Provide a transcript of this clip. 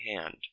hand